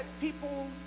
people